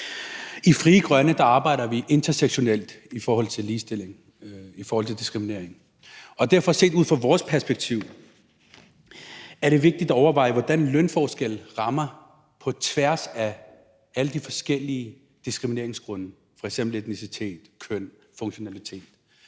I Frie Grønne arbejder vi intersektionelt i forhold til ligestilling, i forhold til diskriminering. Og derfor er det set ud fra vores perspektiv vigtigt at overveje, hvordan lønforskelle rammer på tværs af alle de forskellige diskrimineringsgrunde, f.eks. etnicitet, køn, funktionalitet.